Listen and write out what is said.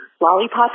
lollipop